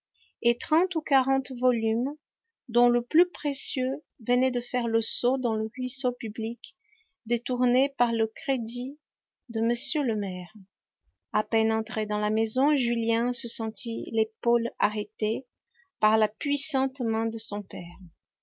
et trente ou quarante volumes dont le plus précieux venait de faire le saut dans le ruisseau public détourné par le crédit de m le maire a peine entré dans la maison julien se sentit l'épaule arrêtée par la puissante main de son père